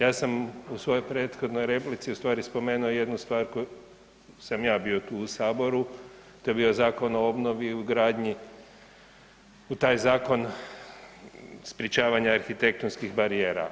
Ja sam u svojoj prethodnoj replici spomenuo jednu stvar, sam ja bio tu u Saboru, to je bio Zakon o obnovi i ugradnji u taj zakon sprečavanja arhitektonskih barijera.